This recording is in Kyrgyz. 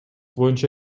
боюнча